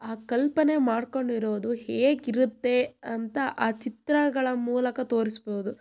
ಆ ಕಲ್ಪನೆ ಮಾಡಿಕೊಂಡಿರೋದು ಹೇಗಿರುತ್ತೆ ಅಂತ ಆ ಚಿತ್ರಗಳ ಮೂಲಕ ತೋರಿಸ್ಬೋದು